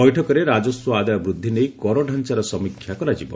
ବୈଠକରେ ରାଜସ୍ପ ଆଦାୟ ବୃଦ୍ଧି ନେଇ କର ଡ଼ାଞ୍ଚାର ସମୀକ୍ଷା କରାଯିବ